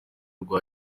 rwa